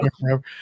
forever